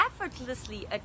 effortlessly